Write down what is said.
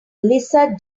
lisa